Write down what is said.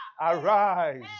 arise